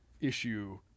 issue